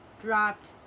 dropped